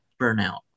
burnout